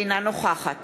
אינה נוכחת